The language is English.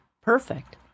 perfect